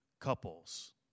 couples